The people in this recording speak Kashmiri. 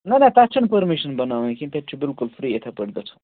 نہ نہ تَتھ چھُنہٕ پٔرمِشن بناوُن کِہینٛۍ تَتہِ چھِ بِلکُل فرٛی یِتھے پٲتھۍ گََژھو